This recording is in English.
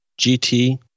gt